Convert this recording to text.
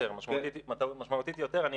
משמעותית יותר.